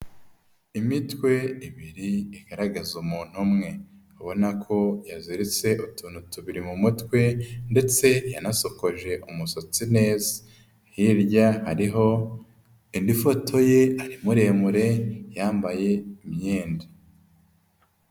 Imitwe ibiri igaragaza umuntu umwe abona ko yaziritse utuntu tubiri mu mutwe ndetse yanasokoje umusatsi neza hirya ariho indi foto ye ari muremure yambaye imyenda.